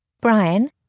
Brian